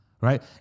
Right